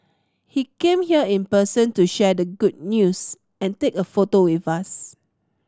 he came here in person to share the good news and take a photo with us